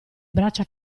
braccia